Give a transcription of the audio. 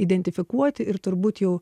identifikuoti ir turbūt jau